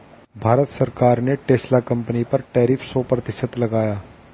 भारत सरकार ने Tesla company पर टैरिफ सो प्रतिशत लगाया